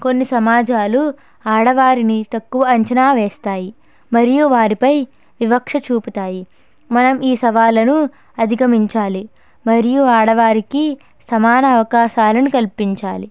కొన్ని సమాజాలు ఆడవారిని తక్కువ అంచనా వేస్తాయి మరియు వారిపై వివక్ష చూపుతాయి మనం ఈ సవాళ్ళను అధిగమించాలి మరియు ఆడవారికి సమాన అవకాశాలను కల్పించాలి